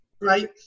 right